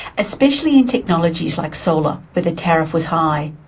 especially in technologies like solar where the tariff was high.